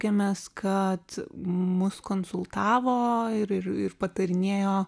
kai mes kad mus konsultavo ir ir ir patarinėjo